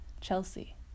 Chelsea